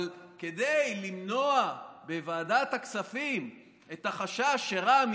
אבל כדי למנוע בוועדת הכספים את החשש שרע"מ